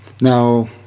Now